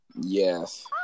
Yes